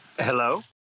Hello